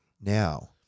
now